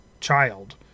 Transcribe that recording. child